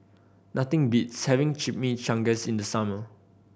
nothing beats having Chimichangas in the summer